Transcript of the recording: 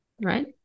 right